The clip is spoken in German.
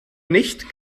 nicht